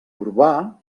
urbà